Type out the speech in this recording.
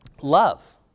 love